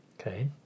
Okay